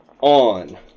on